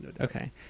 Okay